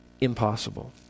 impossible